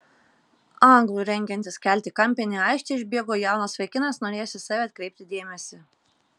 anglui rengiantis kelti kampinį į aikštę išbėgo jaunas vaikinas norėjęs į save atkreipti dėmesį